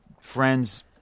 Friends